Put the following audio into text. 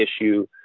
issue